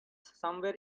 somewhere